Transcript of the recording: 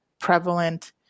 prevalent